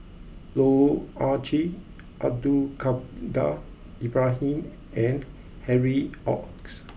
Loh Ah Chee Abdul Kadir Ibrahim and Harry Ord